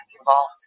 involved